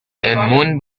and